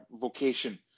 vocation